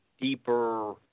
deeper